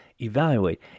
evaluate